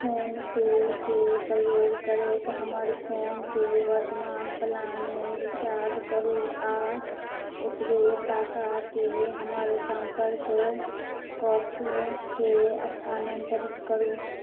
phone पेके प्रयोग करैत हमर फोनके वर्तमान प्लानमे रिचार्ज करू आओर ओतबे टाकाके हमर सम्पर्क कऽ के स्थानान्तरित करू